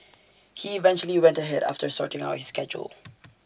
he eventually went ahead after sorting out his schedule